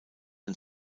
ein